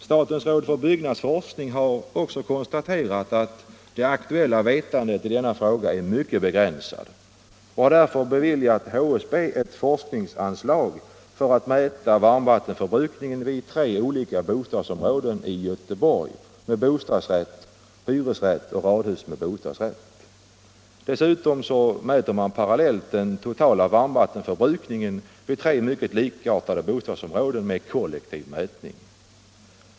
Statens råd för byggnadsforskning har också konstaterat att det aktuella vetandet i denna fråga är mycket begränsat och har därför beviljat HSB ett forskningsanslag för att mäta varmvattenförbrukningen vid tre olika bostadsområden i Göteborg med bostadsrätt, hyresrätt och radhus med bostadsrätt. Dessutom mäts parallellt den totala varmvattenförbrukningen vid tre mycket likartade bostadsområden med kollektiv mätning.